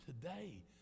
today